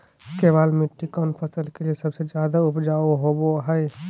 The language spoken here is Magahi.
केबाल मिट्टी कौन फसल के लिए सबसे ज्यादा उपजाऊ होबो हय?